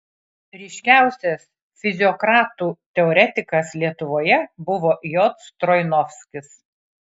ryškiausias fiziokratų teoretikas lietuvoje buvo j stroinovskis